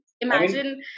Imagine